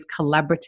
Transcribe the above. collaborative